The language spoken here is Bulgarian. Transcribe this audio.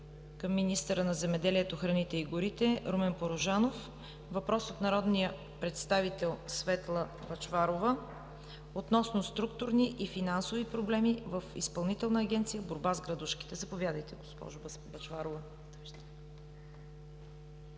към министъра на земеделието, храните и горите Румен Порожанов. Въпрос от народния представител Светла Бъчварова относно структурни и финансови проблеми в Изпълнителна агенция „Борба с градушките“. Заповядайте, госпожо Бъчварова.